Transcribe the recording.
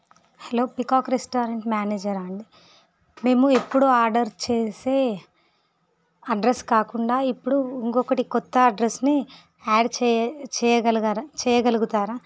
hello peacock restaurant మేనేజరా అండి మేము ఎప్పుడు ఆర్డర్ చేసే అడ్రస్ కాకుండా ఇప్పుడు ఇంకొకటి కొత్త అడ్రస్ని యాడ్ చేయ చేయగలగరా చేయగలుగుతారా